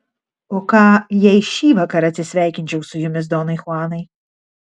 o ką jei šįvakar atsisveikinčiau su jumis donai chuanai